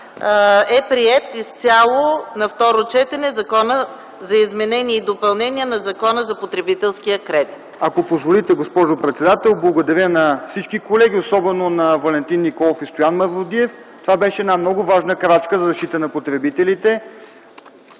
е приет и изцяло на второ четене Закона за изменение и допълнение на Закона за потребителския кредит. ДОКЛАДЧИК МАРТИН ДИМИТРОВ: Ако позволите, госпожо председател, да благодаря на всички колеги, особено на Валентин Николов и Стоян Мавродиев. Това беше една много важна крачка за защита на потребителите,